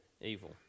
evil